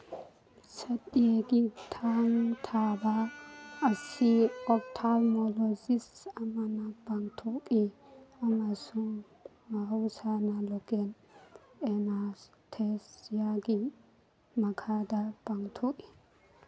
ꯁꯠꯇ꯭ꯌꯥꯒꯤ ꯊꯥꯡ ꯊꯥꯕ ꯑꯁꯤ ꯑꯣꯞꯊꯥꯃꯣꯂꯣꯖꯤꯁ ꯑꯃꯅ ꯄꯥꯡꯊꯣꯛꯏ ꯑꯃꯁꯨꯡ ꯃꯍꯧꯁꯥꯅ ꯂꯣꯀꯦꯜ ꯑꯦꯅꯥꯁꯊꯦꯁꯤꯌꯥꯒꯤ ꯃꯈꯥꯗ ꯄꯥꯡꯊꯣꯛꯏ